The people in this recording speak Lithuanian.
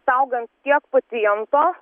saugant tiek paciento